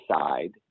side